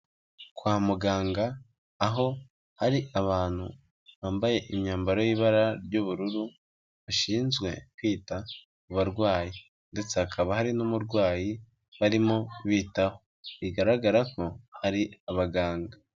Kwa muganga aho hari abantu bambaye imyambaro y'ibara ry'ubururu, bashinzwe kwita ku barwayi ndetse hakaba hari n'umurwayi barimo bitaho bigaragara ko hari abaganga.